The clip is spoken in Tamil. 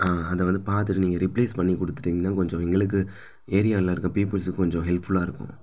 ஆ அதை வந்து பார்த்துட்டு நீங்கள் ரீப்ளேஸ் பண்ணிக் கொடுத்துட்டீங்கன்னா கொஞ்சம் எங்களுக்கு ஏரியாவில இருக்க பீப்பிள்ஸுக்கு கொஞ்சம் ஹெல்ப்ஃபுல்லாக இருக்கும்